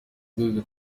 rwego